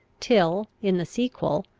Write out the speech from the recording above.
till, in the sequel,